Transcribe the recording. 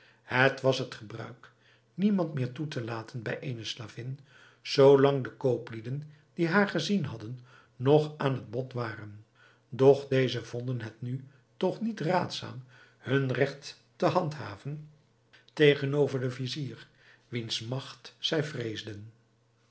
het was het gebruik niemand meer toe te laten bij eene slavin zoo lang de kooplieden die haar gezien hadden nog aan het bod waren doch deze vonden het nu toch niet raadzaam hun regt te handhaven tegenover den vizier wiens magt zij vreesden